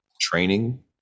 training